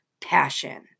passion